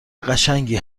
قشنگی